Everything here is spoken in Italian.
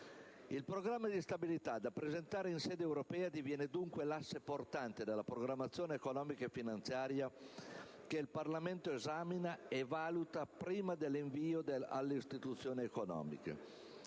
Il Programma di stabilità da presentare in sede europea diviene dunque l'asse portante della programmazione economica e finanziaria che il Parlamento esamina e valuta prima dell'invio alle istituzioni economiche.